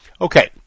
Okay